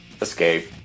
Escape